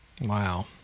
Wow